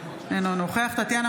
אינו נוכח טטיאנה